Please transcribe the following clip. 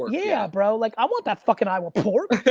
yeah, bro, like i want that fucking iowa pork.